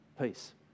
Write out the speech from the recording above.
peace